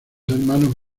hermanos